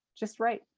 just write.